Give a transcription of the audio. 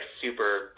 super